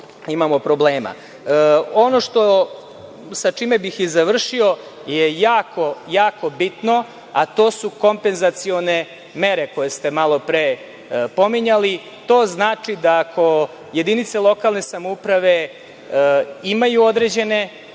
sa čime bih završio je jako bitno, a to su kompenzacione mere koje ste malopre pominjali. To znači da ako jedinice lokalne samouprave imaju određene